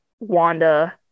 Wanda